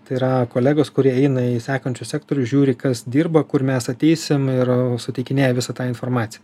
tai yra kolegos kurie eina į sekančius sektorius žiūri kas dirba kur mes ateisim ir sutikinėja visą tą informaciją